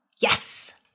Yes